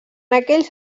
aquells